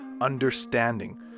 understanding